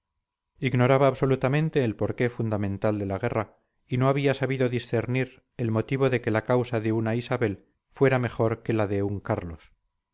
ignoraba absolutamente el por qué fundamental de la guerra y no había sabido discernir el motivo de que la causa de una isabel fuera mejor que la de un carlos